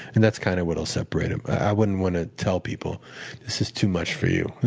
and that's kind of what will separate them. i wouldn't want to tell people this is too much for you.